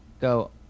go